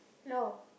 no